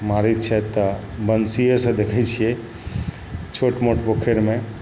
मारै छथि तऽ बन्सिएसँ देखै छिए छोट मोट पोखरिमे